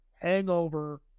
Hangover